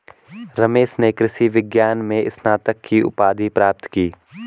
रमेश ने कृषि विज्ञान में स्नातक की उपाधि प्राप्त की